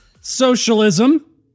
socialism